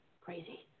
crazy